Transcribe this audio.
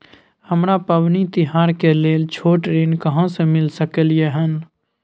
हमरा पबनी तिहार के लेल छोट ऋण कहाँ से मिल सकलय हन?